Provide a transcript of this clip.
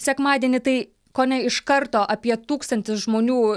sekmadienį tai kone iš karto apie tūkstantis žmonių